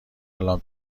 الان